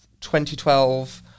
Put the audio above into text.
2012